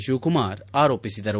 ಶಿವಕುಮಾರ್ ಆರೋಪಿಸಿದರು